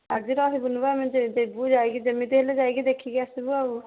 ଆଜି ରହିଁବୁନି ବା ଆମେ ଯିବୁ ଯାଇକି ଯେମିତି ହେଲେ ଯାଇକି ଦେଖିକି ଆସିବୁ ଆଉ